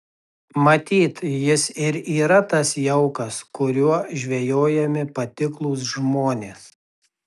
matyt jis ir yra tas jaukas kuriuo žvejojami patiklūs žmonės